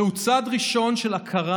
זהו צעד ראשון של הכרה